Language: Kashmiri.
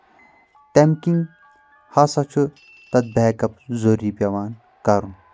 تمہِ کِنٛۍ ہسا چھُ تَتھ بیک اپ ضروٗری پیٚوان کَرُن